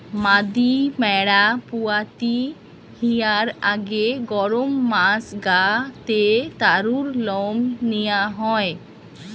মাদি ম্যাড়া পুয়াতি হিয়ার আগে গরম মাস গা তে তারুর লম নিয়া হয়